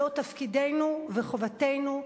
זהו תפקידנו וחובתנו,